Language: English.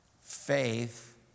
faith